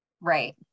Right